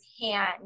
hand